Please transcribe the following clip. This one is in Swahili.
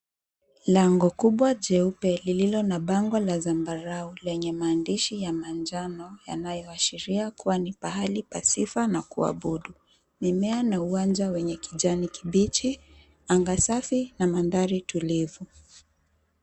Lango kubwa jeupe lililo na bango la zambarau lenye maandishi ya manjano yanayoashiria kuwa ni pahali pa sifa na kuabudu. Mimea na uwanja wenye kijani kibichi, anga safi na mandhari tulivu.